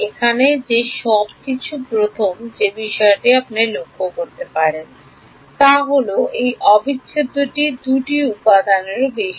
এখানে প্রথম যে বিষয়টি আপনি লক্ষ্য করতে পারেন তা হল এই অবিচ্ছেদ্যটি 2 টি উপাদানের উপর